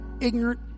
ignorant